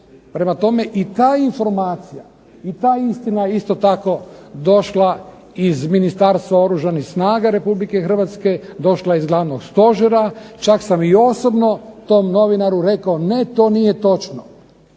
Prema tome, i ta informacija i ta istina je isto tako došla iz Ministarstva oružanih snaga Republike Hrvatske, došla je iz Glavnog stožera, čak sam i osobno tom novinaru rekao, ne to nije točno.